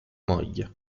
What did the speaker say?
moglie